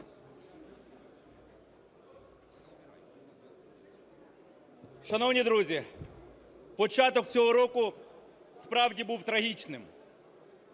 Шановні друзі, початок цього року, справді, був трагічним.